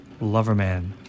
Loverman